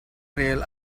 rel